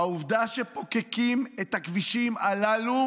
העובדה שפוקקים את הכבישים הללו,